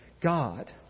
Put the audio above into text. God